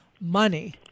money